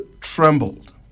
trembled